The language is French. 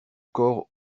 corps